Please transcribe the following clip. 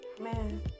man